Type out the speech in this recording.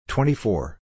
Twenty-four